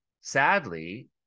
sadly